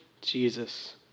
Jesus